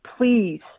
please